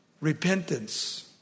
repentance